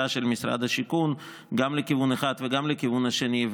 של משרד השיכון גם לכיוון אחד וגם לכיוון השני,